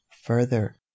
further